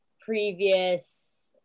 previous